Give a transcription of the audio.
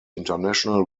international